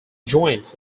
joins